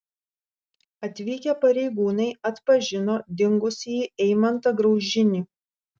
atvykę pareigūnai atpažino dingusįjį eimantą graužinį